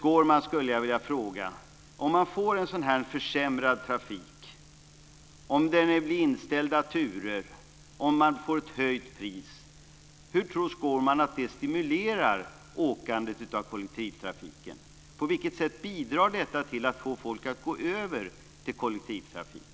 Jag skulle vilja fråga Skårman: Om man nu får en sådan här försämrad trafik med inställda turer och höjt pris, hur tror Skårman att det stimulerar åkandet med kollektivtrafiken? På vilket sätt bidrar detta till att få folk att gå över till kollektivtrafik?